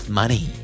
money